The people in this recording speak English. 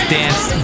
dance